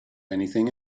anything